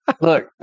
Look